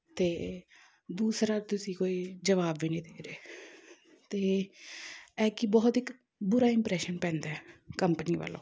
ਅਤੇ ਦੂਸਰਾ ਤੁਸੀਂ ਕੋਈ ਜਵਾਬ ਵੀ ਨਹੀਂ ਦੇ ਰਹੇ ਅਤੇ ਇਹ ਕੀ ਬਹੁਤ ਇੱਕ ਬੁਰਾ ਇੰਪਰੈਸ਼ਨ ਪੈਂਦਾ ਕੰਪਨੀ ਵੱਲੋਂ